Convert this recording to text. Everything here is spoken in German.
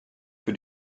für